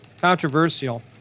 Controversial